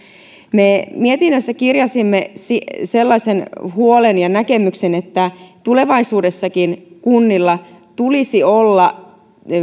me mietinnössä kirjasimme sellaisen huolen ja näkemyksen että tulevaisuudessakin kunnilla tulisi olla